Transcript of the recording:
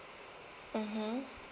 mmhmm